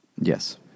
Yes